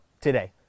today